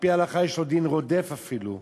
על-פי ההלכה יש לו דין רודף, אפילו.